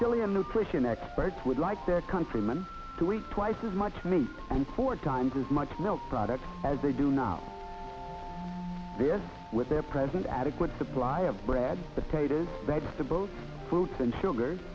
billion nutrition experts would like their countryman to eat twice as much meat and four times as much milk products as they do now with their present adequate supply of bread potatoes vegetables fruits and sugar